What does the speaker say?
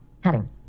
Heading